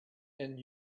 and